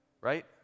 right